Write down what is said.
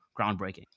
groundbreaking